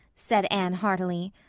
said anne heartily.